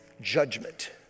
judgment